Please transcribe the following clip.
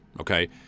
okay